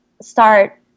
start